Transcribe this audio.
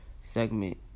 segment